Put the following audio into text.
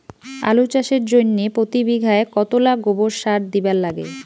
আলু চাষের জইন্যে প্রতি বিঘায় কতোলা গোবর সার দিবার লাগে?